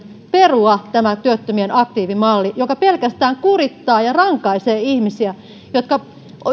perua tämä työttömien aktiivimalli joka pelkästään kurittaa ja rankaisee ihmisiä jotka